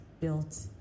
built